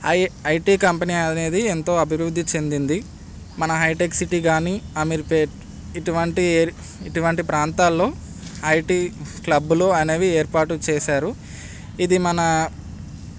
I IT company అనేది ఎంతో అభివృద్ది చెందింది మన హై టెక్ సిటీ కానీ అమీర్ పేట్ ఇటువంటి ఇటువంటి ప్రాంతాల్లో ఐటి క్లబ్బులు అనేవి ఏర్పాటు చేసారు ఇది మన